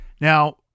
Now